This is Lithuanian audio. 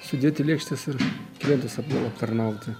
sudėti lėkštes ir klientus apta aptarnauti